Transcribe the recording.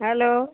hello